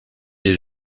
est